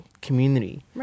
community